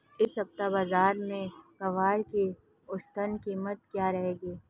इस सप्ताह बाज़ार में ग्वार की औसतन कीमत क्या रहेगी?